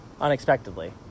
unexpectedly